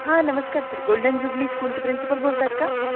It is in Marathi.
हा नमस्कार सर गोल्डन जुबली स्कूलचे प्रिन्सिपल बोलतात का